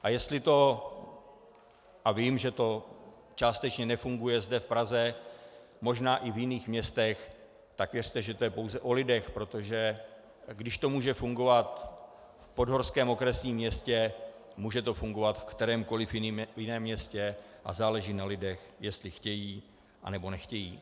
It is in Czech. A jestli to, a vím, že to částečně nefunguje zde v Praze, možná i v jiných městech, tak věřte, že to je pouze o lidech, protože když to může fungovat v podhorském okresním městě, může to fungovat ve kterémkoli jiném městě a záleží na lidech, jestli chtějí anebo nechtějí.